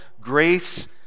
grace